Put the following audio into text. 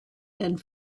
and